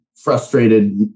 Frustrated